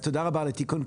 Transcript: תודה רבה על התיקון,